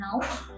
now